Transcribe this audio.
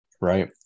right